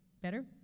Better